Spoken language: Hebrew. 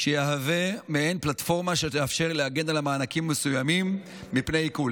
שיהווה מעין פלטפורמה שתאפשר להגן על מענקים מסוימים מפני עיקול.